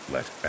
Let